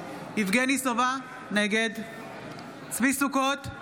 יבגני סובה, נגד צבי ידידיה סוכות,